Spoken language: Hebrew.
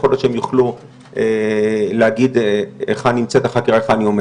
יכול להיות שהם יוכלו להגיד היכן עומדת החקירה.